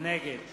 נגד